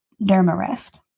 Dermarest